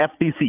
FTC